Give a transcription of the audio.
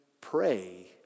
pray